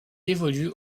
évolue